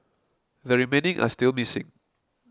the remaining are still missing